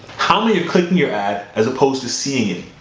how many are clicking your ad as opposed to seeing it?